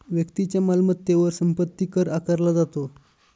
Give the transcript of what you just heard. व्यक्तीच्या मालमत्तेवर संपत्ती कर आकारला जातो